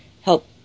help